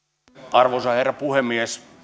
arvoisa herra puhemies